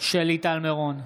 שלי טל מירון,